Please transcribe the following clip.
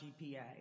GPA